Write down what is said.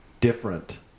different